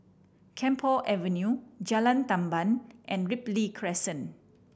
Camphor Avenue Jalan Tamban and Ripley Crescent